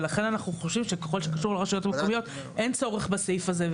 ולכן אנחנו חושבים שככל שקשור לרשויות מקומיות אין צורך בסעיף הזה.